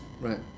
Right